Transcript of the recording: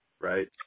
right